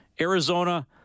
Arizona